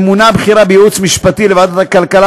ממונה בכירה בייעוץ המשפטי לוועדת הכלכלה,